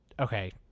Okay